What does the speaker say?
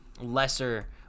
lesser